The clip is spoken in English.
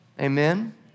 Amen